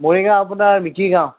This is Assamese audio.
মৰিগাঁও আপোনাৰ মিকিৰগাঁও